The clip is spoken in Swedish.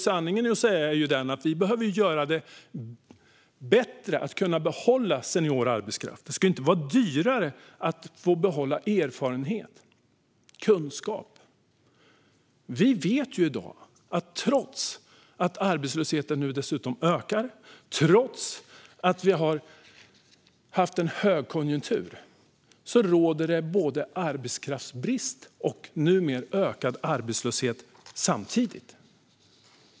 Sanningen att säga behöver vi göra det bättre att behålla senior arbetskraft. Det ska inte vara dyrare att behålla erfarenhet och kunskap. Vi vet i dag att trots att arbetslösheten ökar, under en högkonjunktur, råder det samtidigt arbetskraftsbrist.